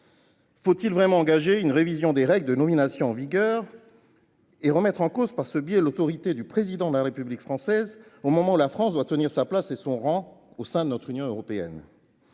Faut il réellement engager une révision des règles de nomination en vigueur et remettre en cause par ce biais l’autorité du Président de la République française, au moment où la France doit tenir sa place et son rang au sein de l’Union européenne ?